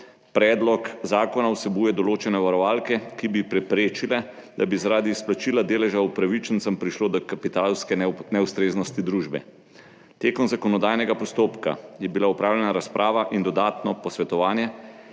predlog zakona vsebuje določene varovalke, ki bi preprečile, da bi zaradi izplačila deleža upravičencem prišlo do kapitalske neustreznosti družbe. V zakonodajnem postopku je bila opravljena razprava in dodatno posvetovanje,